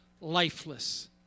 lifeless